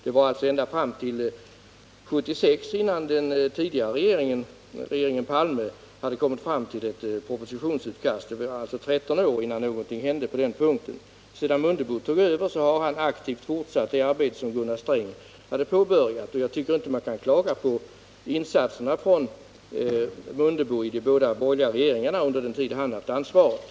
Det dröjde alltså ända fram till 1976 innan regeringen Palme hade kommit fram till ett propositionsutkast. Det tog alltså 13 år innan någonting hände på den punkten. Sedan Ingemar Mundebo tog över har han aktivt fortsatt det arbete som Gunnar Sträng påbörjat, och jag tycker inte att man kan klaga på Ingemar Mundebos insatser under den tid han haft ansvaret.